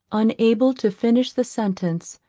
unable to finish the sentence,